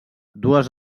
dues